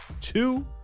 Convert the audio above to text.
Two